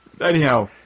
Anyhow